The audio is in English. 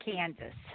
Kansas